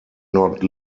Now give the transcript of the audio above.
not